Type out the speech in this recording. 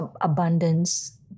abundance